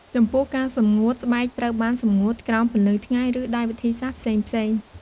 ចំពោះការសម្ងួត ស្បែកត្រូវបានសម្ងួតក្រោមពន្លឺថ្ងៃ ឬដោយវិធីសាស្ត្រផ្សេងៗ។